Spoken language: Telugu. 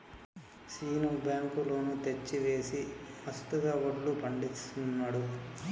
శీను బ్యాంకు లోన్ తెచ్చి వేసి మస్తుగా వడ్లు పండిస్తున్నాడు